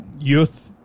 youth